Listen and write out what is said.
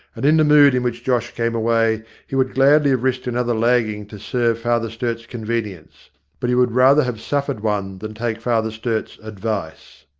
and in the mood in which josh came away he would gladly have risked another lagging to serve father sturt's convenience but he would rather have suffered one than take father sturt's advice.